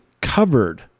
covered